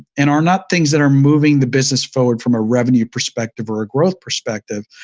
and are not things that are moving the business forward from a revenue perspective or a growth perspective.